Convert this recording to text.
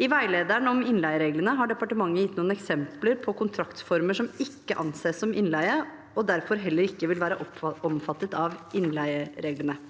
I veilederen om innleiereglene har departementet gitt noen eksempler på kontraktsformer som ikke anses som innleie, og som derfor heller ikke vil være omfattet av innleiereglene.